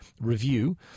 review